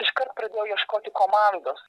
iškart pradėjau ieškoti komandos